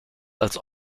als